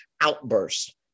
outbursts